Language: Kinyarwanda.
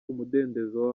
umudendezo